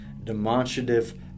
demonstrative